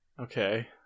Okay